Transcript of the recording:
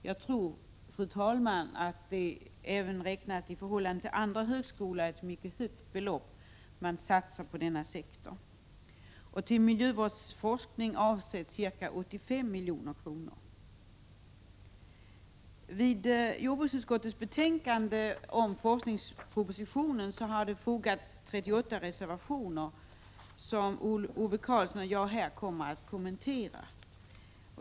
Jag tror, fru talman, att även räknat i förhållande till andra högskolor är det ett mycket stort belopp som satsas på denna sektor. Till miljövårdsforskning avsätts ca 85 milj.kr. Till jordbruksutskottets betänkande om forskningspropositionen har det fogats 38 reservationer, som Ove Karlsson och jag här kommer att kommentera.